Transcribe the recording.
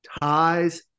ties